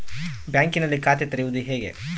ಬ್ಯಾಂಕಿನಲ್ಲಿ ಖಾತೆ ತೆರೆಯುವುದು ಹೇಗೆ?